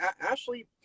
Ashley